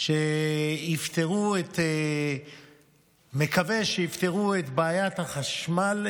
שאני מקווה שיפתרו את בעיית החשמל,